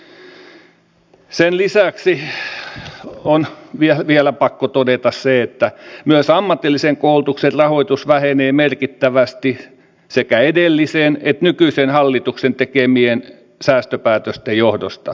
sen lisäksi on vielä pakko todeta se että myös ammatillisen koulutuksen rahoitus vähenee merkittävästi sekä edellisen että nykyisen hallituksen tekemien säästöpäätösten johdosta